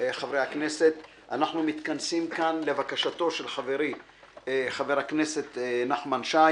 אנחנו מתכנסים כאן לבקשתו של חברי חבר הכנסת נחמן שי